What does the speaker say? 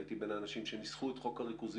הייתי בין האנשים שריכזו את חוק הריכוזיות